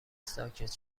ساکت